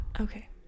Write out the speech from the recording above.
okay